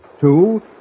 Two